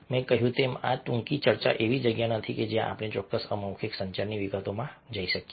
મેં તમને કહ્યું તેમ આ ટૂંકી ચર્ચા એવી જગ્યા નથી કે જ્યાં આપણે ચોક્કસ અમૌખિક સંચારની વિગતોમાં જઈ શકીએ